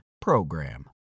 PROGRAM